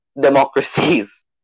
democracies